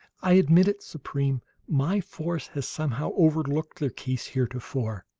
i admit it, supreme my force has somehow overlooked their case, heretofore.